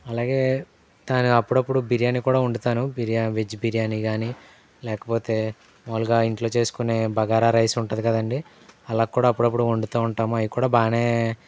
అలాగే దాని అప్పుడప్పుడు బిర్యానీ కూడా వండుతాను బిర్యా వెజ్ బిర్యానీ గానీ లేకపోతే మామూలుగా ఇంట్లో చేసుకునే బగారా రైస్ ఉంటుంది కదండి అలా కూడా అప్పుడప్పుడు వండుతా ఉంటాము అయ్యి కూడా బాగానే